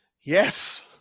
yes